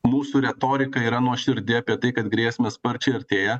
mūsų retorika yra nuoširdi apie tai kad grėsmės sparčiai artėja